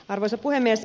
arvoisa puhemies